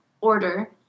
order